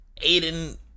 aiden